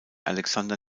alexander